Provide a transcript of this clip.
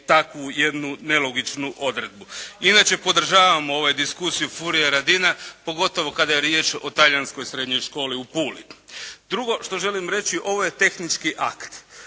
takvu jednu nelogičnu odredbu. Inače podržavam diskusiju Furia RAdina pogotovo kada je riječ o talijanskoj srednjoj školi u Puli. Drugo što želim reći ovo je tehnički akt,